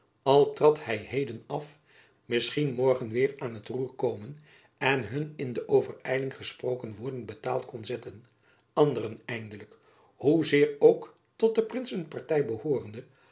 al trad hy heden af misschien morgen weêr aan't roer komen en hun de in overijling gesproken woorden betaald kon zetten anderen eindelijk hoezeer tot de prinsenparty behoorende